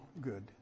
good